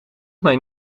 mijn